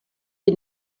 est